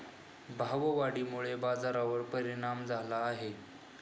भाववाढीमुळे बाजारावर परिणाम झाला आहे